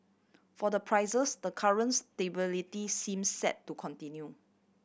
for the prices the current stability seem set to continue